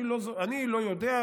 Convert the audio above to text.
אני לא יודע,